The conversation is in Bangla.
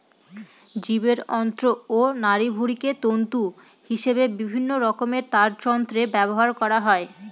জীবের অন্ত্র ও নাড়িভুঁড়িকে তন্তু হিসেবে বিভিন্নরকমের তারযন্ত্রে ব্যবহার করা হয়